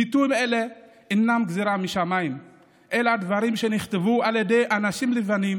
ביטויים אלה אינם גזרת שמיים אלא דברים שנכתבו על ידי אנשים לבנים,